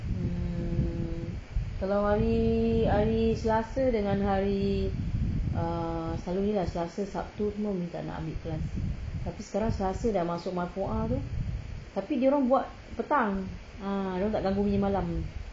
hmm kalau hari hari selasa dengan hari err selalunya selasa sabtu semua umi tak nak ambil kelas tapi sekarang selasa dah masuk maftuhah tu tap dia orang buat petang ah tak ganggu umi malam